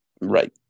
right